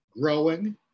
growing